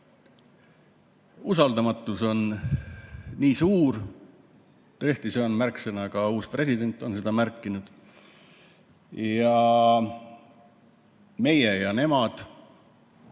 usaldamatus on nii suur. Tõesti, see on märksõna, ka uus president on seda märkinud. Meie ja nemad.